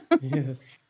yes